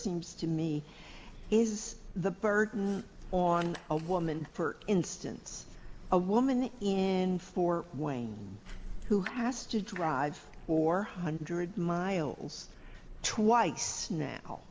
seems to me is the burden on a woman for instance a woman in four way who has to drive or hundred miles twice now